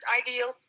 ideal